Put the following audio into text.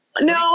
no